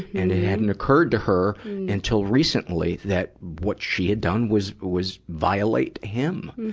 and hadn't occurred to her until recently that what she had done was, was violate him.